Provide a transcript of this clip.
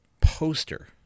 poster